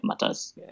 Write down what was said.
matters